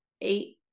eight